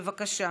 בבקשה.